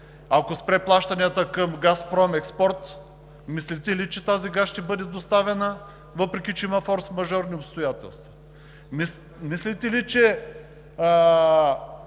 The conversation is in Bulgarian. Ако спре плащанията към „Газпром експорт“, мислите ли, че тази газ ще бъде доставена, въпреки че има форсмажорни обстоятелства? Мислите ли, че